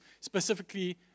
specifically